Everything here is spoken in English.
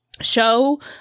show